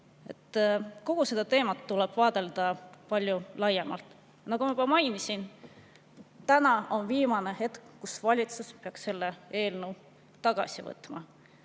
Kogu seda teemat tuleb vaadelda palju laiemalt. Nagu ma juba mainisin, täna on viimane hetk, kui valitsus peaks selle eelnõu tagasi võtma.